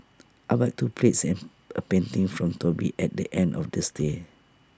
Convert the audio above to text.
I bought two plates and A painting from Toby at the end of the stay